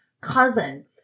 cousin